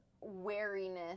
wariness